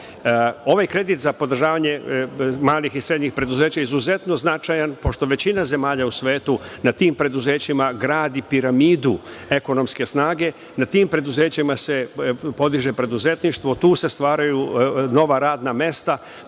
kredit za podržavanje malih i srednjih preduzeća je izuzetno značajan, pošto većina zemalja u svetu na tim preduzećima gradi piramidu ekonomske snage, na tim preduzećima se podiže preduzetništvo, tu se stvaraju nova radna mesta,